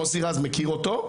מוסי רז מכיר אותו,